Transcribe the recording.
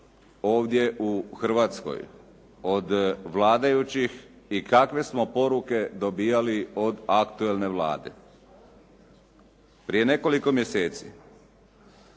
ovdje u Hrvatskoj od vladajućih i kakve smo poruke dobivali od aktualne Vlade. Prije nekoliko mjeseci